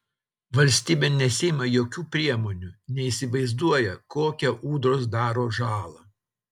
valstybė nesiima jokių priemonių neįsivaizduoja kokią ūdros daro žalą